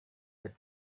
that